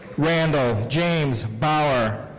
randall james bauer.